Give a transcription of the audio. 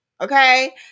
Okay